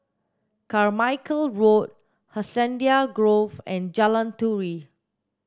Carmichael Road Hacienda Grove and Jalan Turi